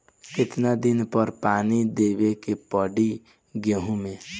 कितना दिन पर पानी देवे के पड़ी गहु में?